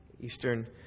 Eastern